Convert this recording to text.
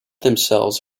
themselves